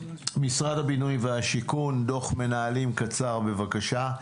משרד הבינוי והשיכון, דוח מנהלים קצר, בבקשה.